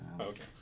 Okay